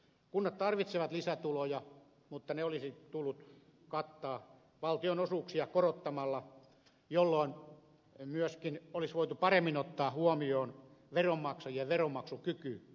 kunnat tarvitsevat lisätuloja mutta ne olisi tullut kattaa valtionosuuksia korottamalla jolloin myöskin olisi voitu paremmin ottaa huomioon veronmaksajien veronmaksukyky